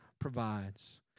provides